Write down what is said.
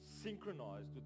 synchronized